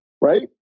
right